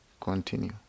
continue